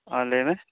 ᱦᱮᱸ ᱞᱟᱹᱭ ᱢᱮ